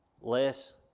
less